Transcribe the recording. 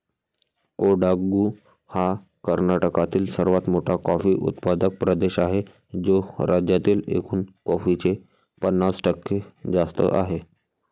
कोडागु हा कर्नाटकातील सर्वात मोठा कॉफी उत्पादक प्रदेश आहे, जो राज्यातील एकूण कॉफीचे पन्नास टक्के जास्त आहे